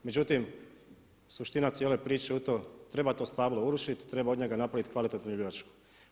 Međutim, suština cijele priče je da treba to stablo urušiti, treba od njega napraviti kvalitetnu ljuljačku.